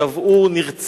שאף הוא נרצח,